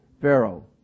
Pharaoh